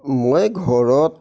মই ঘৰত